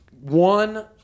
one